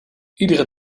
iedere